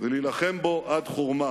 ולהילחם בו עד חורמה.